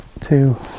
two